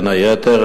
בין היתר,